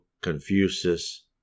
Confucius